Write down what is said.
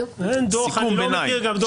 אין דוח ואני לא מכיר גם דוח מוכן.